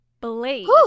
Blade